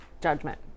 judgment